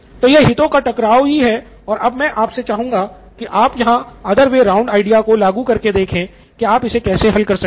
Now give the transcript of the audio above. तो यह हितों का टकराव ही है और अब मैं आपसे चाहूँगा की आप यहाँ other way round आइडिया को लागू करके देखे कि आप इसे कैसे हल कर सकते हैं